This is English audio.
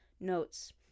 Notes